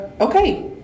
Okay